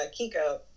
Kiko